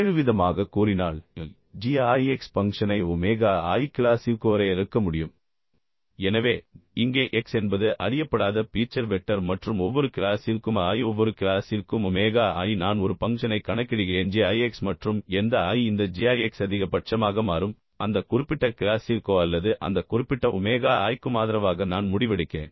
வேறுவிதமாகக் கூறினால் g i x பங்க்ஷனை ஒமேகா i கிளாசிற்கு வரையறுக்க முடியும் எனவே இங்கே x என்பது அறியப்படாத பீச்சர் வெக்டர் மற்றும் ஒவ்வொரு கிளாசிற்கும் i ஒவ்வொரு கிளாசிற்கும் ஒமேகா i நான் ஒரு பங்க்ஷனை கணக்கிடுகிறேன் g i x மற்றும் எந்த i இந்த g i x அதிகபட்சமாக மாறும் அந்த குறிப்பிட்ட கிளாசிற்கோ அல்லது அந்த குறிப்பிட்ட ஒமேகா i க்கும் ஆதரவாக நான் முடிவெடுக்கிறேன்